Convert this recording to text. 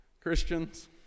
Christians